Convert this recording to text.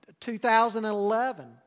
2011